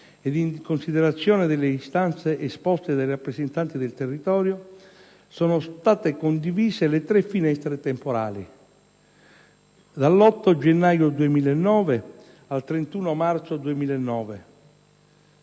ed in considerazione delle istanze esposte dai rappresentati del territorio, sono state condivise le tre finestre temporali (dall'8 gennaio 2009 al 31 marzo 2009;